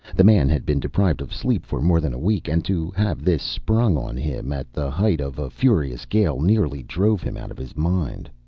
the man had been deprived of sleep for more than a week, and to have this sprung on him at the height of a furious gale nearly drove him out of his mind.